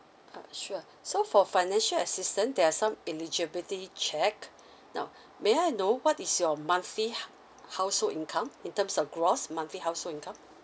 err sure so for financial assistance there are some eligibility check now may I know what is your monthly hou~ household income in terms of gross monthly household income